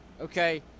Okay